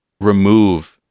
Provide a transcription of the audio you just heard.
remove